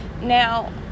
Now